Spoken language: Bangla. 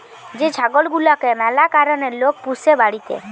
যে ছাগল গুলাকে ম্যালা কারণে লোক পুষে বাড়িতে